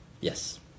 Yes